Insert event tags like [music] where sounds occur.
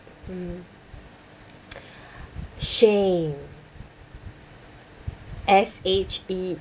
mm [noise] shein S H E